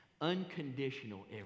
Unconditional